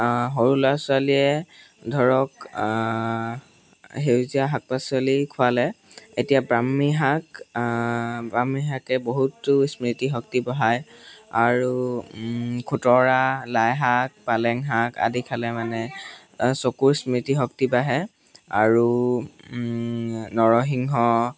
সৰু ল'ৰা ছোৱালীয়ে ধৰক সেউজীয়া শাক পাচলি খোৱালে এতিয়া ব্ৰাহ্মী শাক ব্ৰাহ্মী শাকে বহুতো স্মৃতি শক্তি বঢ়ায় আৰু খুতুৰা লাই শাক পালেং শাক আদি খালে মানে চকুৰ স্মৃতি শক্তি বাঢ়ে আৰু নৰসিংহ